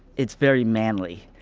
it's very manly.